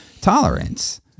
tolerance